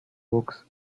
books